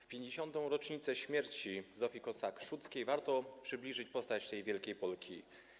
W 50. rocznicę śmierci Zofii Kossak-Szczuckiej warto przybliżyć postać tej wielkiej Polki.